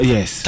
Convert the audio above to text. Yes